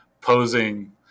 posing